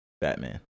Batman